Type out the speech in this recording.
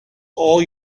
all